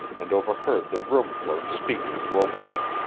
and overheard the room clerk speaking to a woman.